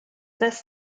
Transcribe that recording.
best